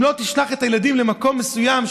אם לא תשלח את הילדים למקום מסוים,